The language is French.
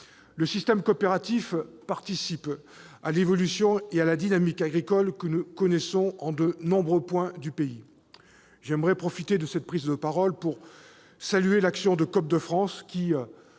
Le système coopératif participe à l'évolution et à la dynamique agricole que nous connaissons en de nombreux points du pays. J'aimerais profiter de cette prise de parole pour saluer l'action de Coop de France, qui